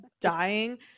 dying